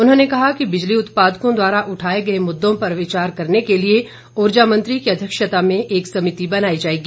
उन्होंने कहा कि बिजली उत्पादकों द्वारा उठाए गए मुद्दों पर विचार करने के लिए ऊर्जा मंत्री की अध्यक्षता में एक समिति बनाई जाएगी